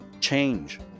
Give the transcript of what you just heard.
change